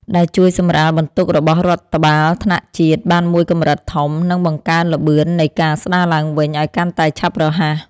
ដែលជួយសម្រាលបន្ទុករបស់រដ្ឋបាលថ្នាក់ជាតិបានមួយកម្រិតធំ និងបង្កើនល្បឿននៃការស្ដារឡើងវិញឱ្យកាន់តែឆាប់រហ័ស។